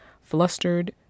Flustered